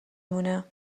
مونه